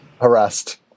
harassed